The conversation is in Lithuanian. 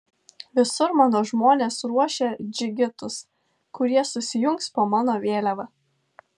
visur mano žmonės ruošia džigitus kurie susijungs po mano vėliava